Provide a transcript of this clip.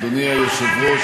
אל תהיה ליצן.